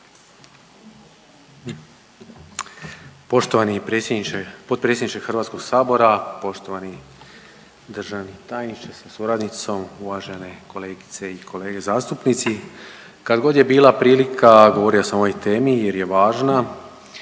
Poštovani predsjedniče, potpredsjedniče HS, poštovani državni tajniče sa suradnicom, uvažene kolegice i kolege zastupnici. Kad god je bila prilika govorio sam o ovoj temi jer je važna